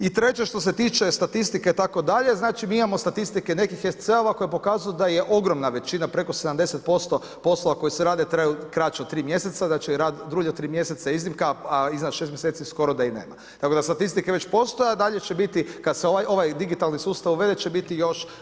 I treće što se tiče statistike itd. dakle mi imamo statistike nekih SC-ova koji pokazuju da je ogromna većina preko 70% poslova koji se radi traju kraće od tri mjeseca, znači rad dulji od tri mjeseca je iznimka, a iznad šest mjeseci skoro da i nema, tako da statistike već postoje, a dalje će biti kada se ovaj digitalni sustav uvede će biti još